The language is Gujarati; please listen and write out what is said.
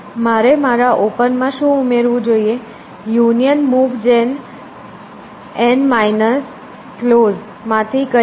મારે મારા ઓપન માં શું ઉમેરવું જોઈએ યુનિયન મૂવ જેન એન માઇનસ કલોઝ માંથી કંઈ પણ